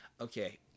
Okay